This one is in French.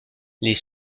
les